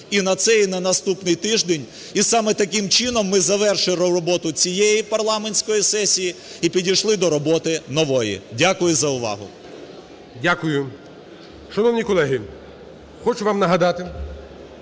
і на цей, і на наступний тиждень, і саме таким чином ми завершили роботу цієї парламентської сесії, і підійшли до роботи нової. Дякую за увагу. Веде засідання Голова Верховної Ради